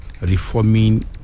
reforming